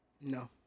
No